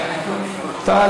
תודה לחבר הכנסת יואל רזבוזוב.